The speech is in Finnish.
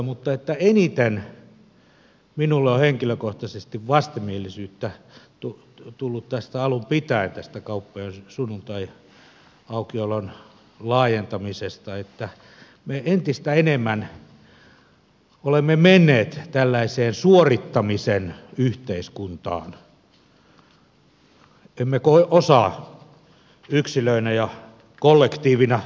mutta eniten minulle on henkilökohtaisesti vastenmielisyyttä tullut alun pitäen tästä kauppojen sunnuntaiaukiolon laajentamisesta siksi että me entistä enemmän olemme menneet tällaiseen suorittamisen yhteiskuntaan emme osaa yksilöinä ja kollektiivina levätä